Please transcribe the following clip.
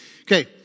Okay